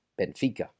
Benfica